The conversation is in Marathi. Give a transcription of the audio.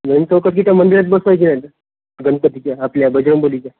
मेन चौकात की त्या मंदिरात बसवायची नाहीतर गणपतीच्या आपल्या बजरंगबलीच्या